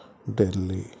Delhi